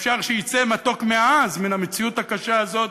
שאפשר שיצא מתוק מעז, מהמציאות הקשה הזאת.